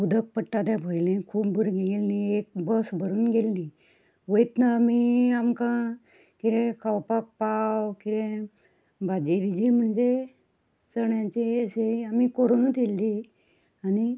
उदक पडटा तें पळोवन पयलीं खूब भुरगीं एक बस भरून गेल्लीं वयतना आमी वयतना आमकां कितेंय खावपाक पाव कितेंय भाजी बिजी म्हणजे चण्यांची अशी आमी करुनूत येल्ली